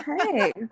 Okay